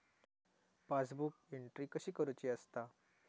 Passbook entry कशी करुची असता?